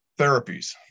therapies